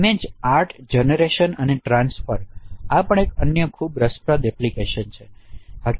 image art generation અને transfer આ પણ એક અન્ય ખૂબ જ રસપ્રદ એપ્લિકેશનછે